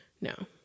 No